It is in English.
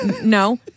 No